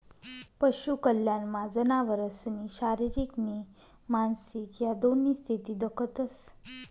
पशु कल्याणमा जनावरसनी शारीरिक नी मानसिक ह्या दोन्ही स्थिती दखतंस